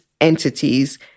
entities